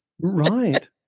right